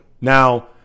now